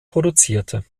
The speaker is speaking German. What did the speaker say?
produzierte